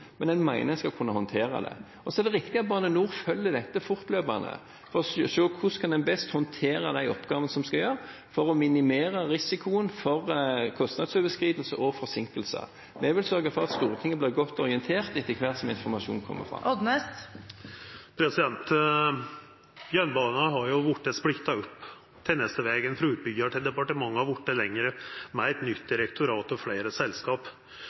men at en mener at en skal kunne håndtere det. Så er det riktig at Bane NOR følger dette fortløpende for å se på hvordan en best kan håndtere de oppgavene som en skal gjøre, for å minimere risikoen for kostnadsoverskridelser og forsinkelser. Jeg vil sørge for at Stortinget blir godt orientert etter hvert som informasjonen kommer fram. Jernbana har jo vorte splitta opp. Tenestevegen frå utbyggjar til departement har vorte lengre, med eit nytt direktorat og fleire selskap.